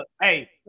Hey